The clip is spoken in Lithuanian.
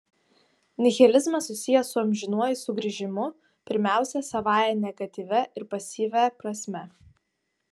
nihilizmas susijęs su amžinuoju sugrįžimu pirmiausia savąja negatyvia ir pasyvia prasme